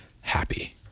happy